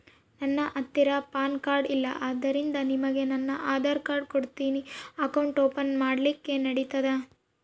ನನ್ನ ಹತ್ತಿರ PAN card ಇಲ್ಲ ಆದ್ದರಿಂದ ನಿಮಗೆ ನನ್ನ ಆಧಾರ್ ಕಾರ್ಡ್ ಕೊಡ್ತೇನಿ ಅಕೌಂಟ್ ಓಪನ್ ಮಾಡ್ಲಿಕ್ಕೆ ನಡಿತದಾ?